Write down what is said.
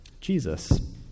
Jesus